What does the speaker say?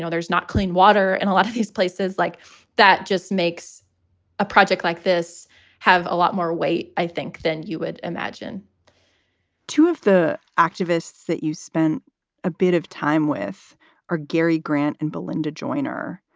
so there's not clean water. and a lot of these places like that just makes a project like this have a lot more weight, i think, than you would imagine two of the activists that you spent a bit of time with or gary grant and belinda joyner,